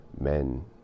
men